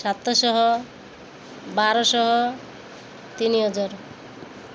ସାତଶହ ବାରଶହ ତିନି ହଜାର